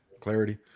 clarity